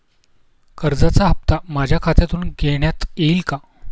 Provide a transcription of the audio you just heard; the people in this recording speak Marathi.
कर्जाचा हप्ता माझ्या खात्यातून घेण्यात येईल का?